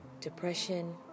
depression